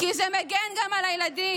כי זה מגן גם על הילדים.